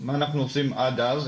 מה אנחנו עושים עד אז,